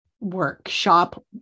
workshop